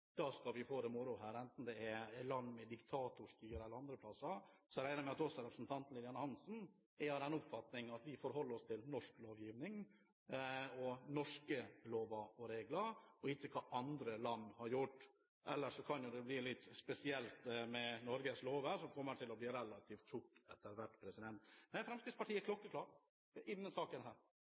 land. Jeg regner med at også representanten Lillian Hansen er av den oppfatning at vi forholder oss til norsk lovgivning og norske lover og regler, og ikke til hva andre land har gjort. Ellers kan jo Norges lover komme til å bli relativt tykk etter hvert. Fremskrittspartiet er klokkeklar i denne saken: